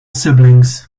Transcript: siblings